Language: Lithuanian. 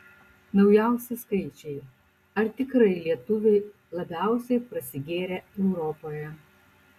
naujausi skaičiai ar tikrai lietuviai labiausiai prasigėrę europoje